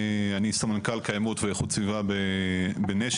אני סמנכ"ל קיימות ואיכות סביבה בנשר,